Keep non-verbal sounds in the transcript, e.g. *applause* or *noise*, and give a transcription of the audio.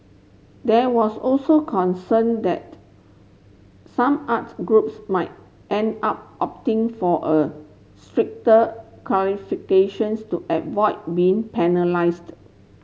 there was also concern that some arts groups might end up opting for a stricter *unintelligible* to avoid being penalised